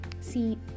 see